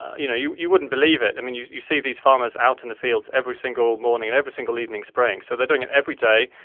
you know you you wouldn't believe it. and you you see these farmers out in the fields every single morning and every single evening spraying. so they're doing it every day.